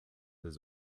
his